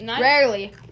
Rarely